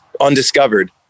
undiscovered